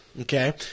Okay